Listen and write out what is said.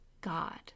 God